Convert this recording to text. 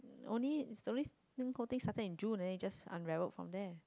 only normally thing coating started in June then you just unraveled from there